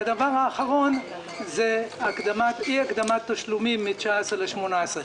הדבר האחרון הוא אי הקדמת תשלומים מ-2019 ל-2018.